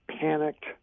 panicked